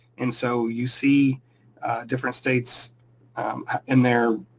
and so you see different states in there,